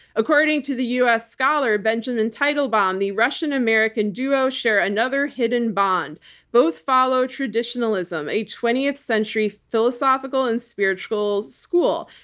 according to the u. s. scholar, benjamin teitelbaum, the russian-american duo share another hidden bond both follow traditionalism, a twentieth century philosophical and spiritual school.